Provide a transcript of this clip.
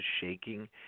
shaking